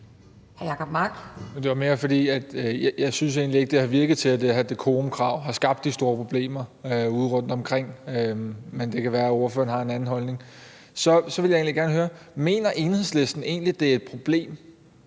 Mener Enhedslisten, det er et problem,